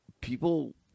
people –